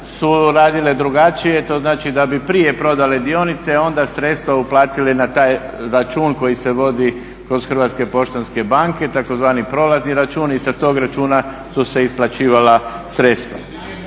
su radile drugačije. To znači da bi prije prodale dionice, a onda sredstva uplatili na taj račun koji se vodi kod HPB-a tzv. prolazni račun. I sa tog računa su se isplaćivala sredstva.